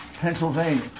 Pennsylvania